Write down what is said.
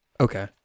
Okay